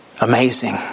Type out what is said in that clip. Amazing